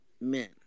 men